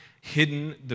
hidden